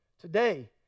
Today